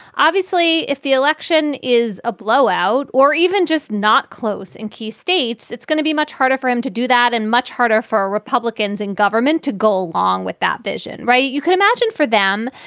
obviously, if the election is a blowout or even just not close in key states, it's going to be much harder for him to do that and much harder for republicans in government to go along with that vision. right. you can imagine for them,